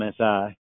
MSI